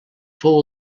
fou